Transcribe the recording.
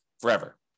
forever